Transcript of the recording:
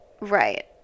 right